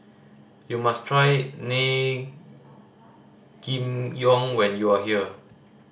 you must try when you are here